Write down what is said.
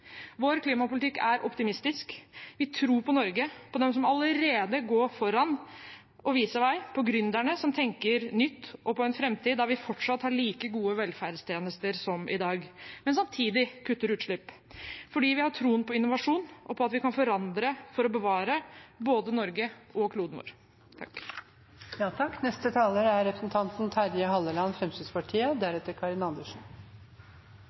Vår klimapolitikk er optimistisk. Vi tror på Norge, på dem som allerede går foran og viser vei, på gründerne, som tenker nytt, og på en framtid der vi fortsatt har like gode velferdstjenester som i dag – men samtidig kutter utslipp. For vi har troen på innovasjon og på at vi kan forandre for å bevare både Norge og kloden vår. Både i vårt alternative budsjett og i vår subsidiære budsjettavtale med regjeringen har Fremskrittspartiet